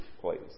please